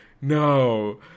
No